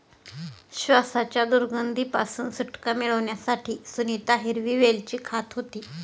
श्वासाच्या दुर्गंधी पासून सुटका मिळवण्यासाठी सुनीता हिरवी वेलची खात होती